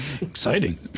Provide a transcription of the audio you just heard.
Exciting